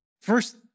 First